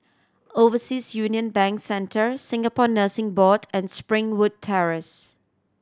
Overseas Union Bank Centre Singapore Nursing Board and Springwood Terrace